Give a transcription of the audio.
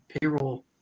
payroll